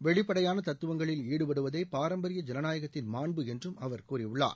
வெளிப்படையான தத்துவங்களில் ஈடுபடுவதே பாரம்பரிய ஜனநாயகத்தின் மாண்பு என்றும் அவர் கூறியுள்ளார்